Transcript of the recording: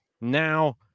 Now